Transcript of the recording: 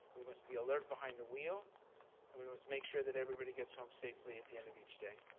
we must be alert behind the wheel and we must make sure that everybody gets home safely at the end of each day.